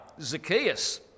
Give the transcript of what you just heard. Zacchaeus